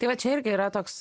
tai va čia irgi yra toks